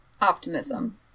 Optimism